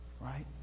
Right